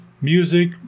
music